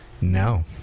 no